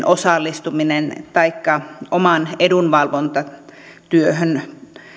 osallistuminen taikka omaan edunvalvontatyöhön